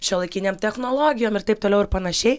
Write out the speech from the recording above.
šiuolaikinėm technologijom ir taip toliau ir panašiai